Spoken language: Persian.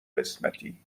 قسمتی